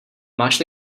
máš